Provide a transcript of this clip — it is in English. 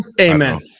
Amen